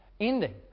ending